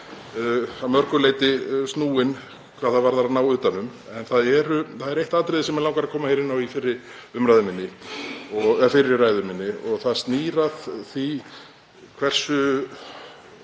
að mörgu leyti snúin hvað það varðar að ná utan um þetta, en það er eitt atriði sem mig langar að koma inn á í fyrri ræðu minni og það snýr að því hversu